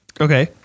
Okay